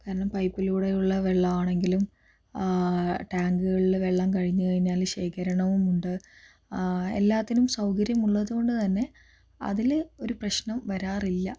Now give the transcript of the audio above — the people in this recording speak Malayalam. കാരണം പൈപ്പിലൂടെയുള്ള വെള്ളം ആണെങ്കിലും ടാങ്കുകളില് വെള്ളം കഴിഞ്ഞു കഴിഞ്ഞാല് ശേഖരണവും ഉണ്ട് എല്ലാത്തിനും സൗകര്യമുള്ളതുകൊണ്ട് തന്നെ അതില് ഒരു പ്രശ്നം വരാറില്ല